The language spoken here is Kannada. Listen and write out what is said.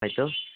ಆಯಿತು